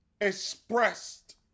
expressed